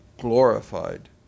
glorified